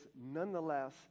nonetheless